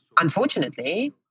unfortunately